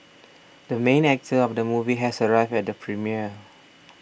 the main actor of the movie has arrived at the premiere